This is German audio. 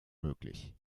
möglich